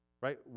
right